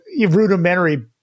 rudimentary